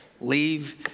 leave